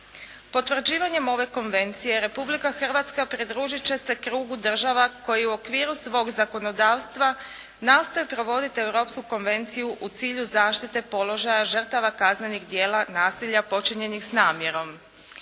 Potvrđivanjem ove Konvencije Republika Hrvatska pridružiti će se krugu država koji u okviru svoga zakonodavstva nastoji provoditi Europsku konvenciju u cilju zaštite položaja žrtava kaznenih dijela nasilja počinjenih sa namjerom.